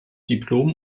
diplom